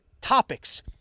topics